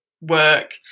work